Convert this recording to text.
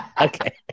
Okay